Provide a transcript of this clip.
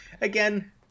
again